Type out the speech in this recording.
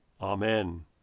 Amen